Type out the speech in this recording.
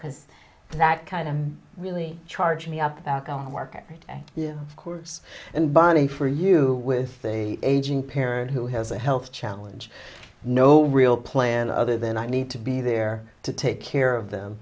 because that kind of really charged me up about going to work yeah of course and bunny for you with the aging parent who has a health challenge no real plan other than i need to be there to take care of them